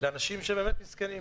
לאנשים שהם באמת מסכנים.